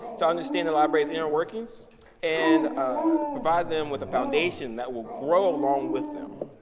to understand the library's inner workings and provide them with a foundation that will grow along with them.